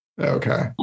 Okay